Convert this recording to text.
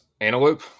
Antelope